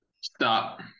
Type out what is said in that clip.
Stop